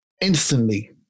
Instantly